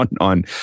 on